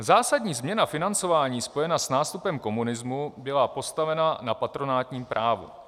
Zásadní změna financování spojená s nástupem komunismu byla postavena na patronátním právu.